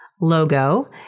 logo